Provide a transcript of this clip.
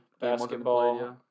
basketball